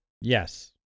Yes